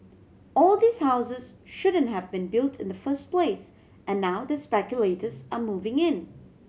all these houses shouldn't have been built in the first place and now the speculators are moving in